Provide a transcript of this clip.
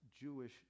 Jewish